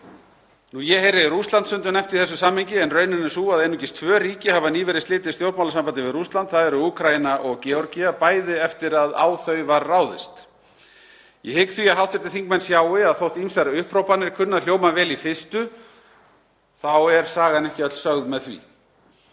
Ég heyri Rússland stundum nefnt í þessu samhengi en raunin er sú að einungis tvö ríki hafa nýverið slitið stjórnmálasambandi við Rússland. Það eru Úkraína og Georgía, bæði eftir að á þau var ráðist. Ég hygg því að hv. þingmenn sjái að þótt ýmsar upphrópanir kunni að hljóma vel í fyrstu þá er sagan ekki öll sögð með því.